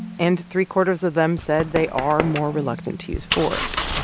and three-quarters of them said they are more reluctant to use force